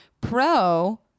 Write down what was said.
pro